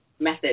method